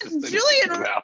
Julian